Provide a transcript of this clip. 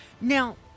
Now